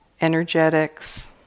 energetics